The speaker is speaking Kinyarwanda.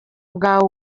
bwawe